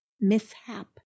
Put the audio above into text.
mishap